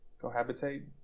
cohabitate